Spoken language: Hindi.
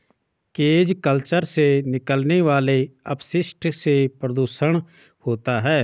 केज कल्चर से निकलने वाले अपशिष्ट से प्रदुषण होता है